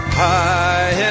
high